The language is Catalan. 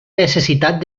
necessitat